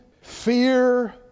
fear